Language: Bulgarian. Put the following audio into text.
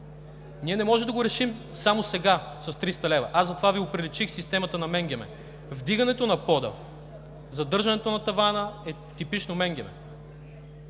Ние не можем да го решим само сега с 300 лв. Аз затова Ви оприличих системата на менгеме: вдигането на пода, задържането на тавана е типично менгеме.